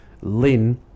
Lin